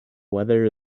weather